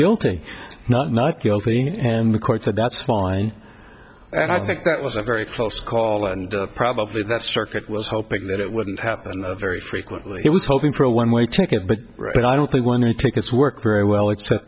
guilty not guilty and the court said that's fine and i think that was a very close call and probably that circuit was hoping that it wouldn't happen very frequently he was hoping for a one way ticket but i don't think one way tickets work very well except